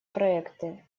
проекты